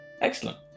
Excellent